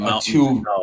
two